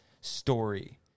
story